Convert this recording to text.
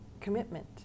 commitment